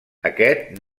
aquest